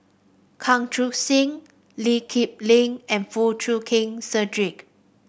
Chan Chun Sing Lee Kip Lin and Foo Chee Keng Cedric